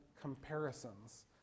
comparisons